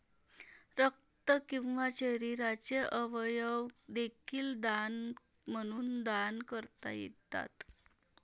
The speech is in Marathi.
रक्त किंवा शरीराचे अवयव देखील दान म्हणून दान करता येतात